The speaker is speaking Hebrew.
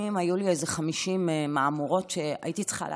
היו לי איזה 50 מהמורות שהייתי צריכה לעבור.